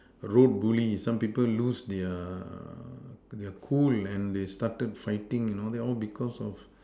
road Bully some people lose their uh their cool and they started fighting all because of